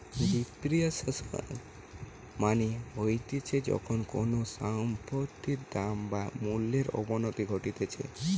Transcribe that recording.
depreciation মানে হতিছে যখন কোনো সম্পত্তির দাম বা মূল্যর অবনতি ঘটতিছে